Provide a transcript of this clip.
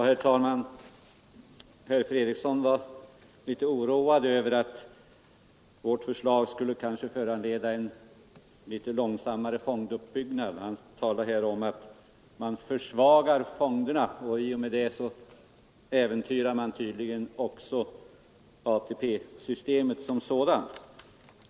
Herr talman! Herr Fredriksson var litet oroad över att vårt förslag kanske skulle föranleda en litet långsammare fonduppbyggnad. Han talade om att man försvagar fonderna, och i och med det äventyrar man tydligen också ATP-systemet som sådant.